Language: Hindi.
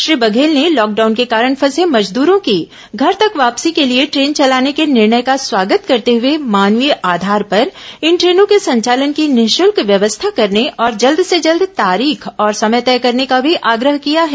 श्री बघेल ने लॉकडाउन के कारण फंसे मजदूरों की घर तक वापसी के लिए ट्रेन चलाने के निर्णय का स्वागत करते हुए मानवीय आधार पर इन ट्रेनों के संचालन की निःशुल्क व्यवस्था करने और जल्द से जल्द तारीख और समय तय करने का भी आग्रह किया है